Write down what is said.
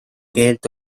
keelt